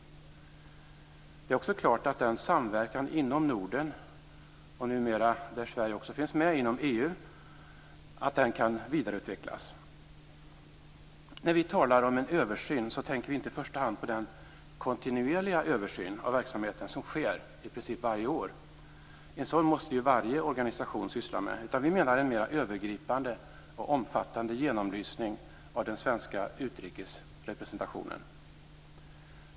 Det är också viktigt att samverkan inom Norden och numera också inom EU, där Sverige finns med, kan vidareutvecklas. När vi talar om en översyn tänker vi inte i första hand på den kontinuerliga översynen av verksamheten som sker i princip varje år - en sådan måste ju varje organisation syssla med - utan vi menar en mer övergripande och omfattande genomlysning av den svenska utrikesrepresentationen.